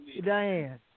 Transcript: Diane